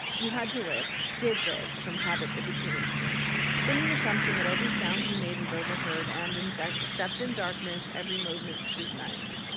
you had to live did live, from habit that became instinct in the assumption that every sound you made was overheard, and, and so except in darkness, every movement scrutinized.